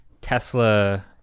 Tesla